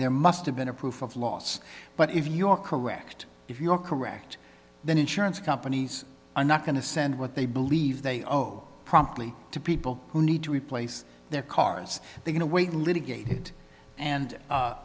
there must have been a proof of loss but if you are correct if you are correct then insurance companies are not going to send what they believe they owe promptly to people who need to replace their cars they can away litigate it and